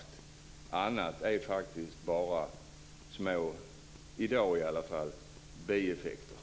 Det andra är faktiskt bara - i dag i alla fall - små bieffekter.